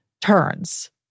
turns